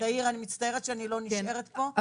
תאיר, אני מצטערת שאני לא נשארת פה.